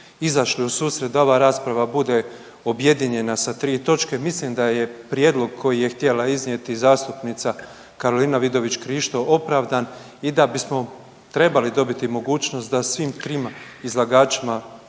izašli u susret da ova rasprava bude objedinjena sa 3 točke, mislim da je prijedlog koji je htjela iznijeti zastupnica Karolina Vidović Krišto opravdan i da bismo trebali dobiti mogućnost da svim trima izlagačima